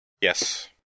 Yes